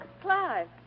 Clive